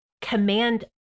command